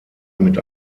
mit